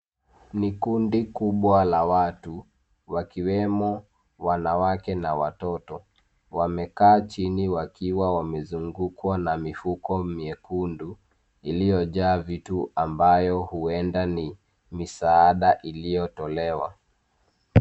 Ni kundi kubwa la watu wakiwemo wanawake na watoto wamekaa chini wakiwa wamezungukwa na mifuko miekundu iliyojaa vitu ambayo huenda ni misaada iliyotolewa